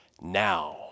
now